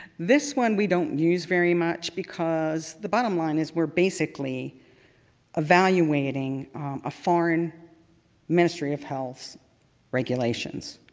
this one, we don't use very much because the bottom line is we're basically evaluating a foreign ministry of health's regulations.